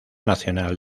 nacional